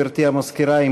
גברתי המזכירה,